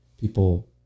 People